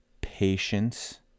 Patience